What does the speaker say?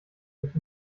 mit